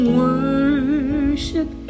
worship